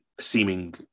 seeming